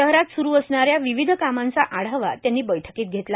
शहरात स्रू असणाऱ्या विविध कामांचा आढावा त्यांनी बैठकीत घेतला